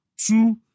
Two